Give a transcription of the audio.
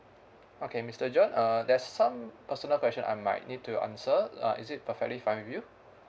okay mister john uh there's some personal question I might need to your answer uh is it perfectly fine with you